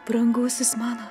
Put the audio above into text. brangusis mano